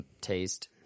taste